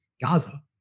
Gaza